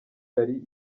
yari